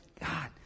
God